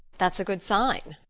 that's a good sign,